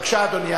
בבקשה, אדוני.